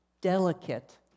delicate